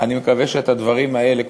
אני מקווה שאת הדברים האלה,